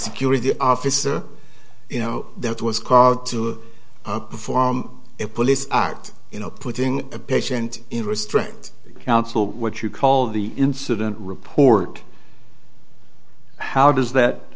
security officer you know that was called to perform a police act you know putting a patient in restraint counsel what you call the incident report how does that